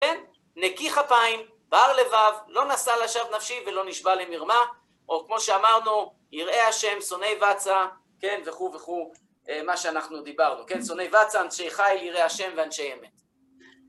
נקי כפיים, בר לבב, לא נשא לשוא נפשי, ולא נשבע למרמה, או כמו שאמרנו, יראה ה' שונאי בצע, כן וכו' וכו', מה שאנחנו דיברנו. שונאי בצע, אנשי חיל, יראי ה' ואנשי אמת.